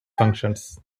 functions